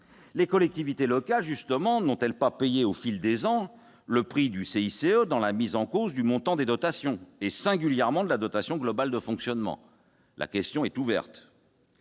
des collectivités locales ? Celles-ci n'ont-elles pas payé, au fil des ans, le prix du CICE la remise en cause du montant de leurs dotations, et singulièrement de la dotation globale de fonctionnement ? La question est posée.